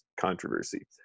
controversy